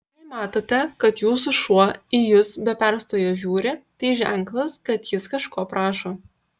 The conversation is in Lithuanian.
jei matote kad jūsų šuo į jus be perstojo žiūri tai ženklas kad jis kažko prašo